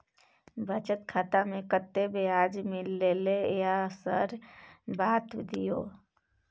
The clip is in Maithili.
बचत खाता में कत्ते ब्याज मिलले ये सर बता दियो?